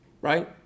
Right